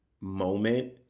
moment